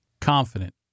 Confident